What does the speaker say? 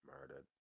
murdered